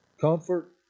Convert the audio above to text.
comfort